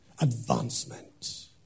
advancement